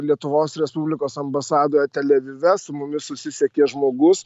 lietuvos respublikos ambasadoje tel avive su mumis susisiekė žmogus